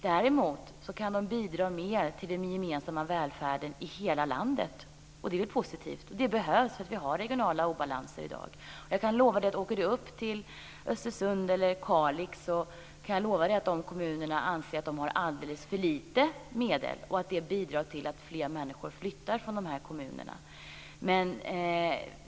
Däremot kan de bidra mer till den gemensamma välfärden i hela landet. Det är väl positivt och det behövs, för vi har regionala obalanser i dag. Om Lennart Hedquist åker upp till Östersund eller Kalix kommer han, det kan jag lova, att höra att de kommunerna anser sig ha alldeles för lite medel och att det bidrar till att fler människor flyttar från de här kommunerna.